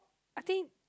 I think